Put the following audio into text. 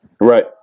right